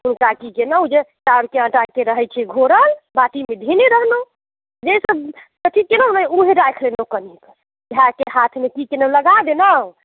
हुनका की कयलहुँ जे चाउरके आटाके रहैत छै घोरल बाटीमे धयने रहलहुँ जे सब अथी कयलहुँ ने ओहिमे राखि लेलहुँ कनी भायके हाथमे बीचमे लगा देलहुँ